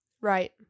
Right